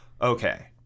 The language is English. okay